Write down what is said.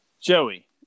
Joey